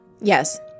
Yes